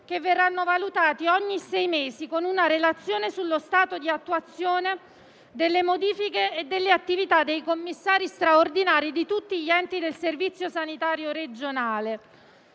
che verranno valutati ogni sei mesi con una relazione sullo stato di attuazione delle modifiche e delle attività dei commissari straordinari di tutti gli enti del servizio sanitario regionale.